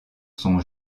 son